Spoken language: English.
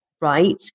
right